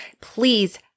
please